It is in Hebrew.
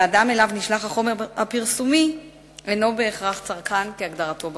והאדם שאליו החומר הפרסומי נשלח אינו בהכרח צרכן כהגדרתו בחוק.